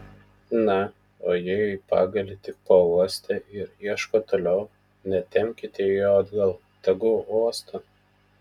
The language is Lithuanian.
na o jei pagalį tik pauostė ir ieško toliau netempkite jo atgal tegu uosto